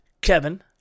Kevin